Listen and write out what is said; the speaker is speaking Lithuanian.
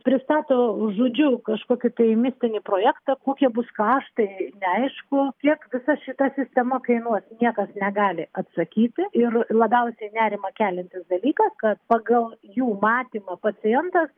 pristato žodžiu kažkokį tai mistinį projektą kokie bus kaštai neaišku kiek visa šita sistema kainuos niekas negali atsakyti ir labiausiai nerimą keliantis dalykas kad pagal jų matymą pacientas